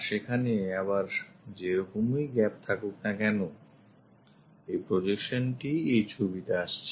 আর সেখানে আবার যেরকমই gap থাকুক না কেন এই প্রজেকশন টি এই ছবিতে আসছে